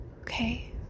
okay